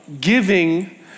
giving